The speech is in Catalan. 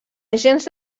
agents